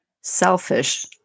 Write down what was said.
selfish